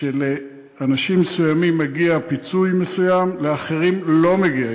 שלאנשים מסוימים מגיע פיצוי מסוים ולאחרים לא מגיע.